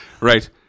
right